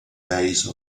base